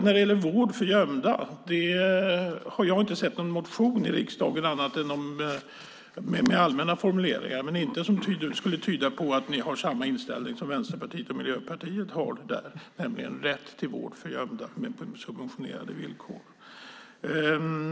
När det gäller vård för gömda har jag inte sett någon motion i riksdagen, annat än med allmänna formuleringar, som skulle tyda på att ni har samma inställning som Miljöpartiet och Vänsterpartiet har, nämligen rätt till vård för gömda med subventionerade villkor.